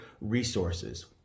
resources